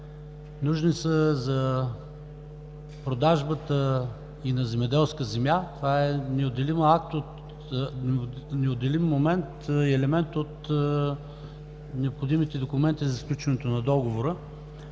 нужни са за продажбата и на земеделска земя. Това е неотделим акт, неотделим момент и елемент от необходимите документи за сключването на договора.